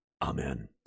Amen